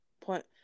point